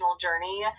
Journey